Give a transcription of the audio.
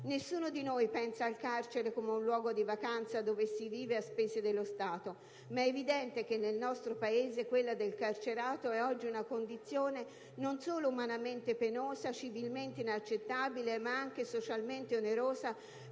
Nessuno di noi pensa al carcere come a un luogo di vacanza dove si viva a spese dello Stato, ma è evidente che nel nostro Paese quella del carcerato è oggi una condizione non solo umanamente penosa e civilmente inaccettabile, ma anche socialmente onerosa